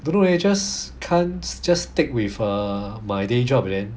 don't know eh just can't just stick with err my day job then